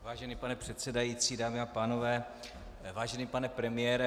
Vážený pane předsedající, dámy a pánové, vážený pane premiére.